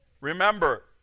Remember